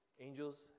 Angels